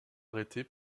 arrêtée